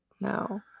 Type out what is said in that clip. No